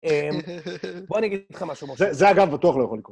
בוא אני אגיד לך משהו, משה. זה אגב בטוח לא יכול לקרות.